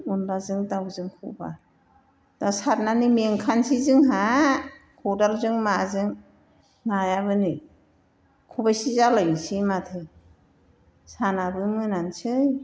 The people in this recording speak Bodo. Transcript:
अनलाजों दाउजोंखौबा दा सारनानै मेंखानोसै जोंहा खदालजों माजों नायाबो नै खबाइसे जालायनोसै माथो सानाबो मोनानोसै